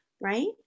right